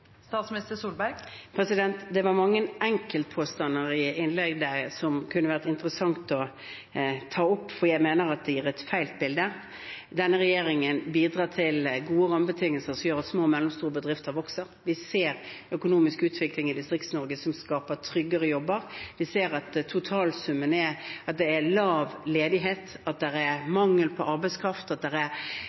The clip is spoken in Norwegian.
Det var mange enkeltpåstander i det innlegget som det kunne ha vært interessant å ta opp, for jeg mener at de gir et feil bilde. Denne regjeringen bidrar til gode rammebetingelser som gjør at små og mellomstore bedrifter vokser. Vi ser økonomisk utvikling i Distrikts-Norge som skaper tryggere jobber. Vi ser at totalsummen er at det er lav ledighet, at det er mangel på arbeidskraft, og at det faktisk er